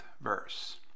verse